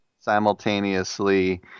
simultaneously